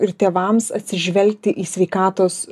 ir tėvams atsižvelgti į sveikatos